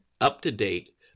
up-to-date